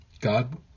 God